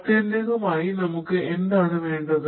ആത്യന്തികമായി നമുക്ക് എന്താണ് വേണ്ടത്